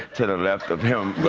to the left of him,